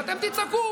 מה לעשות?